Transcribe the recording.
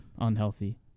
unhealthy